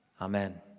Amen